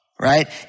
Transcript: Right